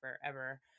forever